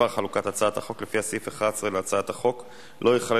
חלקם שרים וחלקם לא מכהנים בכנסת.